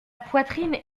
poitrine